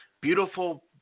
Beautiful